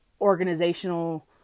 organizational